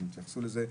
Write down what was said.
הם יתייחסו לזה.